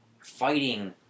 fighting